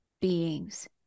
beings